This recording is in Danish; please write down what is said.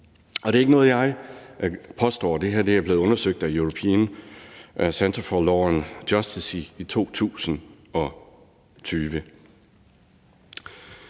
Det er ikke noget, jeg påstår. Det her er blevet undersøgt af European Centre for Law and Justice i 2020.